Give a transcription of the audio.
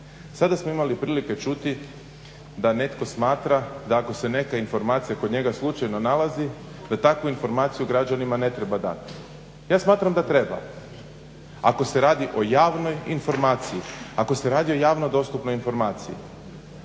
Sada smo imali prilike čuti da netko smatra da ako se neka informacija kod njega slučajno nalazi da takvu informaciju građanima ne treba dati. Ja smatram da treba, ako se radi o javnoj informaciji, ako se radi o javno dostupnoj informaciji.